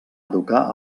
educar